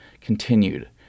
continued